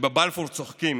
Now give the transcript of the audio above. כשבבלפור צוחקים